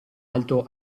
alto